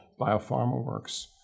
BiopharmaWorks